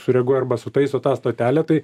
sureaguoja arba sutaiso tą stotelę tai